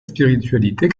spiritualité